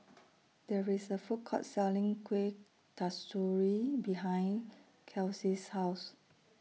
There IS A Food Court Selling Kuih Kasturi behind Kelsea's House